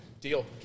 Deal